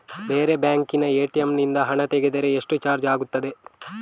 ಬೇರೆ ಬ್ಯಾಂಕಿನ ಎ.ಟಿ.ಎಂ ನಿಂದ ಹಣ ತೆಗೆದರೆ ಎಷ್ಟು ಚಾರ್ಜ್ ಆಗುತ್ತದೆ?